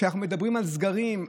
כשאנחנו מדברים על סגרים,